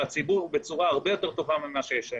הציבור בצורה הרבה יותר טובה ממה שיש היום.